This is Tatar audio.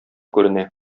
күренә